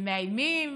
הם מאיימים: